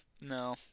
no